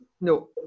No